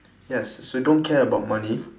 yes so don't care about money